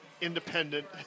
independent